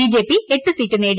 BJP എട്ട് seat നേടി